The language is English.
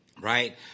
right